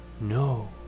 No